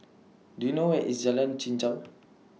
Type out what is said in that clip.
Do YOU know Where IS Jalan Chichau